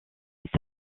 est